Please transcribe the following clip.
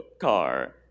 car